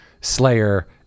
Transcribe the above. Slayer